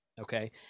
okay